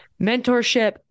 mentorship